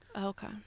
okay